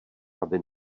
aby